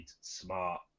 smart